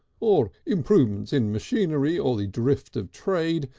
or improvements in machinery or the drift of trade,